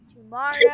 Tomorrow